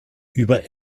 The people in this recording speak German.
über